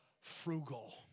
frugal